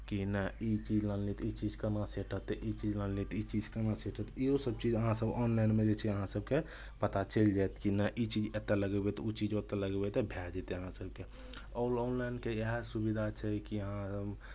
कि नहि ई चीज आनलियै ई चीज केना सेट हेतै ई चीज आनलियै तऽ ई चीज केना सेट हेतै इहोसभ चीज अहाँसभ ऑनलाइनमे जे छै अहाँ सभके पता चलि जायत कि नहि ई चीज एतय लगयबै तऽ ओ चीज ओतय लगेबै तऽ भए जेतै अहाँ सभके आओर ऑनलाइनके इएह सुविधा छै कि हँ